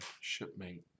shipmate